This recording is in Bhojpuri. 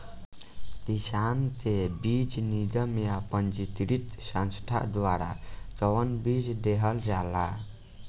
किसानन के बीज निगम या पंजीकृत संस्था द्वारा कवन बीज देहल जाला?